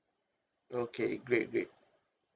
okay great great